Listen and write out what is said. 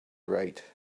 write